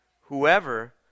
Whoever